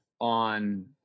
on